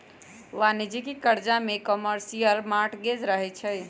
वाणिज्यिक करजा में कमर्शियल मॉर्टगेज रहै छइ